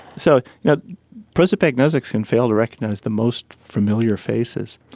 so you know prosopagnosics can fail to recognise the most familiar faces.